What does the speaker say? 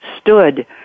stood